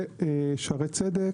שערי צדק